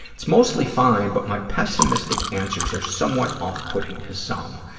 it's mostly fine, but my pessimistic answers are somewhat off-putting to some.